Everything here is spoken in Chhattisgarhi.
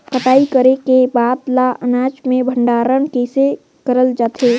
कटाई करे के बाद ल अनाज के भंडारण किसे करे जाथे?